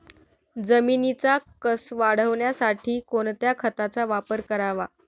जमिनीचा कसं वाढवण्यासाठी कोणत्या खताचा वापर करावा?